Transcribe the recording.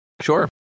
Sure